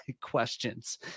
questions